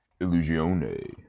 Illusione